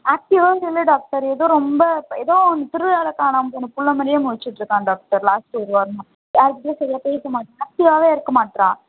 ஆக்ட்டிவாயெலாம் இல்லை டாக்டர் ஏதோ ரொம்ப ஏதோ திருவிழாவில் காணாமல்ப்போன பிள்ள மாதிரியே முழிச்சிகிட்டுருக்கான் டாக்டர் லாஸ்ட்டு ஒரு வாரமாக யார்கிட்டேயும் சரியா பேசமாட்டுறான் ஆக்ட்டிவாகவே இருக்கமாட்டுறான்